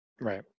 Right